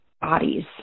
bodies